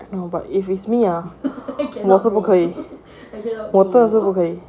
you know but if it's me ah 我不可以我真的不可以